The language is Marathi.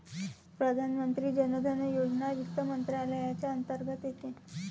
प्रधानमंत्री जन धन योजना वित्त मंत्रालयाच्या अंतर्गत येते